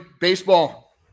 baseball